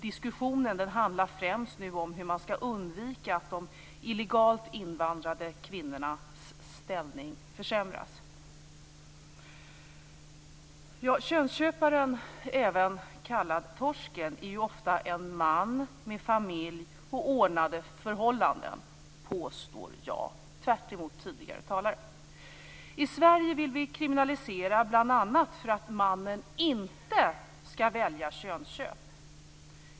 Diskussionen handlar främst om hur man skall undvika att de illegalt invandrade kvinnornas ställning försämras. Könsköparen, även kallad torsken, är ofta en man med familj och ordnade förhållanden. Detta påstår jag - tvärtemot tidigare talare. I Sverige vill vi kriminalisera bl.a. för att mannen inte skall välja könsköp.